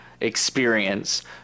experience